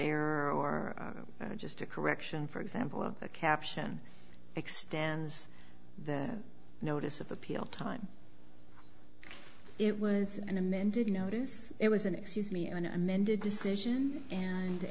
error or just a correction for example of the caption extends the notice of appeal time it was an amended notice it was an excuse me an amended decision and